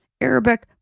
Arabic